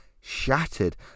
shattered